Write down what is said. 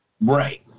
Right